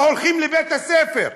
לא הולכים לבית הספר,